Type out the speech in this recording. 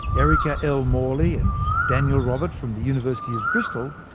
erica l. morley and daniel robert from the university of bristol,